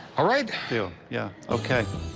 all right. deal, yeah. ok.